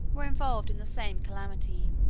were involved in the same calamity,